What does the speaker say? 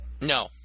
No